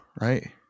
Right